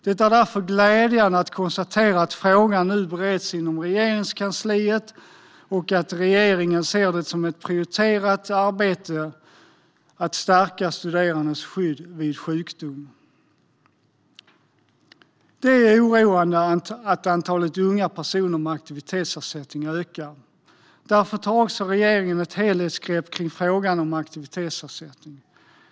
Det är därför glädjande att konstatera att frågan nu bereds inom Regeringskansliet och att regeringen ser det som ett prioriterat arbete att stärka studerandes skydd vid sjukdom. Det är oroande att antalet unga personer med aktivitetsersättning ökar. Därför tar regeringen ett helhetsgrepp kring frågan om aktivitetsersättning.